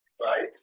right